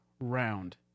round